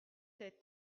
sept